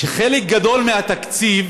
הוא שחלק גדול מהתקציב